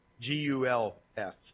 G-U-L-F